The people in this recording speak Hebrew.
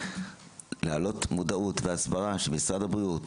להעלות מודעות והסברה במשרד הבריאות,